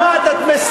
את לא שומעת.